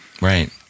right